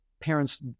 parents